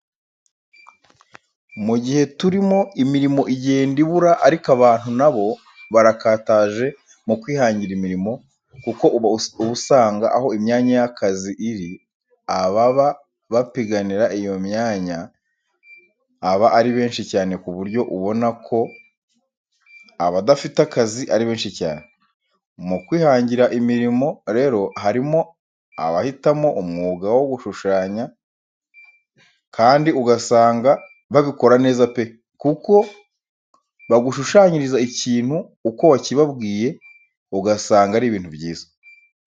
Mu gihe turimo imirimo igenda ibura ariko abantu nabo barakataje mu kwihangira imirimo kuko uba usanga aho imyanya y'akazi iri ababa bapiganira iyo myanya aba ari benshi cyane ku buryo ubona ko abadafite akazi ari benshi cyane. Mu kwihangira imirimo rero harimo abahitamo umwuga wo gushushanya kandi ugasanga babikora neza pe, kuko bagushanyiriza ikintu uko wakibabwiye ugasanga ari ibintu byiza.